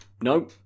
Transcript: No